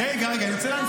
באמת.